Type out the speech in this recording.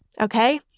Okay